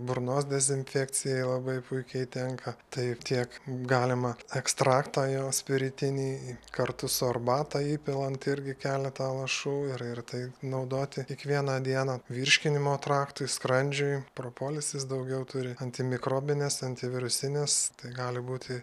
burnos dezinfekcijai labai puikiai tinka taip tiek galima ekstraktą jo spiritinį kartu su arbata įpilant irgi keletą lašų ir ir tai naudoti kiekvieną dieną virškinimo traktui skrandžiui propolis jis daugiau turi antimikrobines antivirusines tai gali būti